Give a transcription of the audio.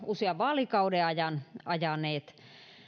usean vaalikauden ajan ajaneet